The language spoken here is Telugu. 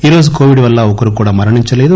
ఈ రోజు కొవిడ్ వల్ల ఒకరు కూడా మరణించలేదు